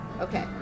Okay